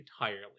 entirely